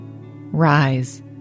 rise